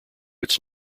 its